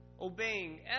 obeying